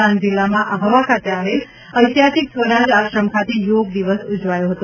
ડાંગ જિલ્લામાં આહવા ખાતે આવેલ ઐતિહાસિક સ્વરાજ આશ્રમ ખાતે યોગ દિવસ ઉજવાયો હતો